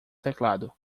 teclado